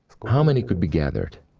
how many could be gathered?